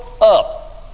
up